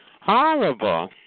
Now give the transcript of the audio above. Horrible